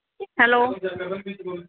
hello